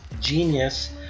genius